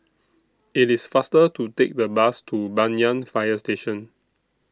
IT IS faster to Take The Bus to Banyan Fire Station